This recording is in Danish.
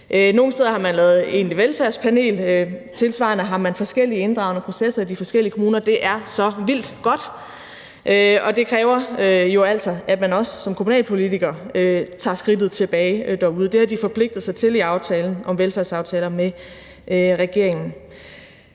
Nogle steder har man lavet egentlige velfærdspaneler, og tilsvarende har man forskellige inddragende processer i de forskellige kommuner, og det er så vildt godt, og det kræver jo altså, at man også som kommunalpolitiker tager skridtet derude. Det har de forpligtet sig til i aftalen om velfærdsaftaler med regeringen.